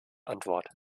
antwort